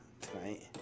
tonight